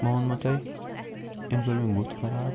مےٚ ووٚنمو تۄہہِ أمۍ کوٚر مےٚ بُتھ خَراب